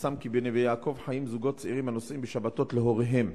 פורסם כי בנווה-יעקב חיים זוגות צעירים הנוסעים בשבתות להוריהם,